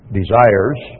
desires